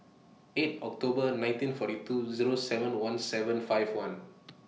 eight October nineteen forty two Zero seven one seven five one